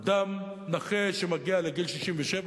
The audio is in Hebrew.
אדם נכה שמגיע לגיל 67,